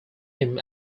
him